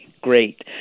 great